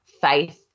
faith